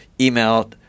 email